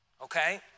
Okay